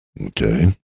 okay